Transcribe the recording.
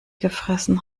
gefressen